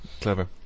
clever